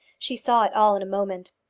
she saw it all in a moment.